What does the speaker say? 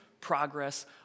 progress